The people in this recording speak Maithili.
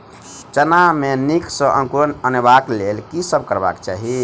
चना मे नीक सँ अंकुर अनेबाक लेल की सब करबाक चाहि?